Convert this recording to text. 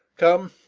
come,